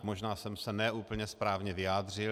Možná jsem se ne úplně správně vyjádřil.